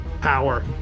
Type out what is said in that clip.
power